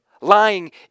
lying